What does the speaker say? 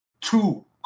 two